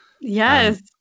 Yes